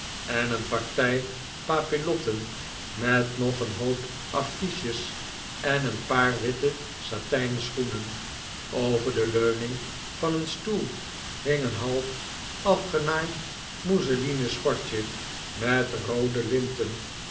en een partij papillotten met nog een hoop affiches en een paar witte satijnen schoenen over de leuning van een stoel hing een half afgenaaid mousselinen schortje met roode linten